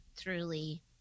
truly